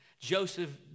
Joseph